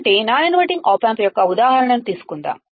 కాబట్టి non inverting op amp యొక్క ఉదాహరణను తీసుకుందాం